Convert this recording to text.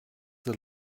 the